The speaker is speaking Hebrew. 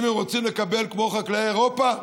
אם הם רוצים לקבל כמו חקלאי אירופה,